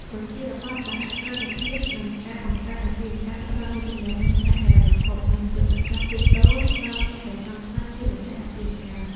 ប្រធានបទ សហគ្រិនភាព និងការបង្កើតអាជីវកម្ម ផ្ដល់នូវចំណេះដឹងផ្នែកហិរញ្ញវត្ថុ និងយុទ្ធសាស្ត្រលក់ដូរដល់អ្នកដែលចង់ក្លាយជាម្ចាស់អាជីវកម្ម។